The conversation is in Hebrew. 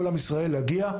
כל עם ישראל שיגיע,